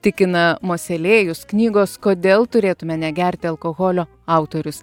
tikina moselėjus knygos kodėl turėtumė negerti alkoholio autorius